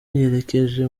yerekeje